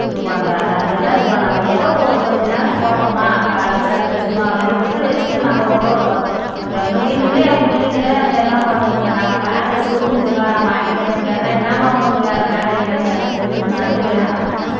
இது பண்ணுறாங்க அதுமாதிரில்லாம் இருக்க வேணாம் எதோ ஒரு கொஞ்சம் நேரம் போட்டோமா காதில் வச்சோமா எடுத்துவிட்டு வச்சிவிட்டு நம்ப ரோட்டை பார்த்து எங்கள் வீட்டுங்கள்லியே ஏன் பிள்ளைங்களே அதுமாதிரிதான் பண்ணுதுங்க நம்ப காதில் செவிட்டு மிஷினாடா மாட்டிங்குறன்னு கேட்டால் என்னாம்மா உனக்கு வேறு வேலையில்லையான்னு என்ன திட்டுதுங்க அதுமாரி வேணாம்